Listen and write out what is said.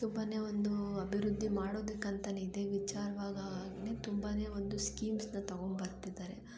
ತುಂಬಾ ಒಂದು ಅಭಿವೃದ್ಧಿ ಮಾಡೋದಕ್ಕಂತನೇ ಇದೇ ವಿಚಾರ್ವಾಗಿ ಆಗ್ನೆ ತುಂಬಾ ಒಂದು ಸ್ಕೀಮ್ಸನ್ನ ತಗೊಂಬರ್ತಿದ್ದಾರೆ